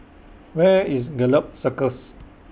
Where IS Gallop Circus